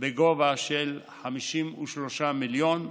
בסך 53 מיליון.